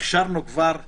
הכשרנו כבר שתיים,